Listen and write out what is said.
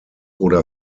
oder